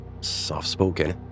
soft-spoken